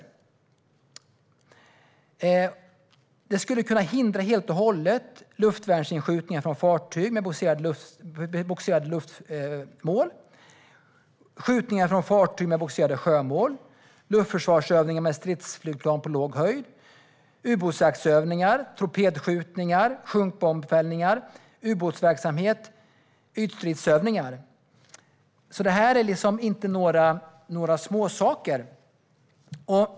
Jo, det skulle kunna helt och hållet hindra luftvärnsinskjutningar från fartyg med bogserat luftmål, skjutningar från fartyg med bogserade sjömål, luftförsvarsövningar med stridsflygplan på låg höjd, ubåtsjaktsövningar, torpedskjutningar, sjunkbombfällningar, ubåtsverksamhet och ytstridsövningar. Det är alltså inte några småsaker.